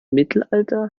mittelalter